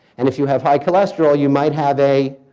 and if you have high cholesterol, you might have a